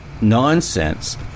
nonsense